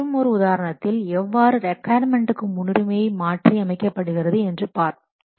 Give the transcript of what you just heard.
மற்றுமொரு உதாரணத்தில் எவ்வாறு ரெக்காயர்மென்ட்க்கு முன்னுரிமை மாற்றி அமைக்கப்படுகிறது என்று பார்ப்போம்